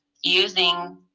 using